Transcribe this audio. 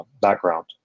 background